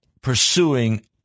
pursuing